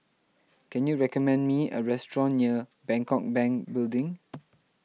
can you recommend me a restaurant near Bangkok Bank Building